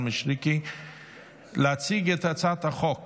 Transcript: הסעיף הבא והאחרון על סדר-היום: הצעת חוק